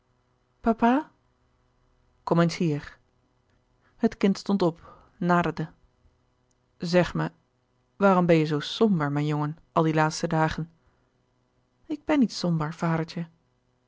kom eens hier het kind stond op naderde zeg me waarom ben je zoo somber mijn jongen al die laatste dagen ik ben niet somber vadertje